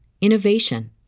innovation